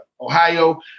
Ohio